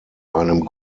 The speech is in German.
einem